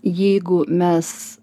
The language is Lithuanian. jeigu mes